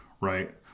right